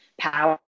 power